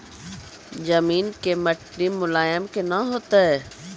जमीन के मिट्टी मुलायम केना होतै?